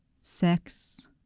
sex